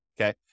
okay